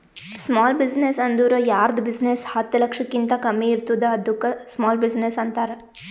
small business ಅಂದುರ್ ಯಾರ್ದ್ business ಹತ್ತ ಲಕ್ಷಕಿಂತಾ ಕಮ್ಮಿ ಇರ್ತುದ್ ಅದ್ದುಕ ಸ್ಮಾಲ್ ಬಿಜಿನೆಸ್ ಅಂತಾರ